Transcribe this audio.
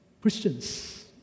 Christians